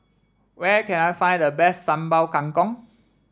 where can I find the best Sambal Kangkong